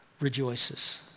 rejoices